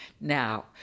Now